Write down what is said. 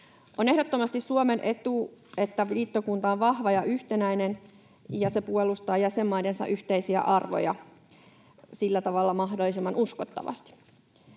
On ehdottomasti Suomen etu, että liittokunta on vahva ja yhtenäinen ja se puolustaa jäsenmaidensa yhteisiä arvoja mahdollisimman uskottavasti.